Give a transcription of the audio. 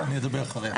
אני אדבר אחריה.